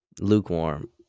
Lukewarm